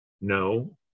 no